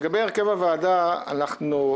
שוב,